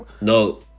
no